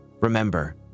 Remember